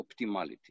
optimality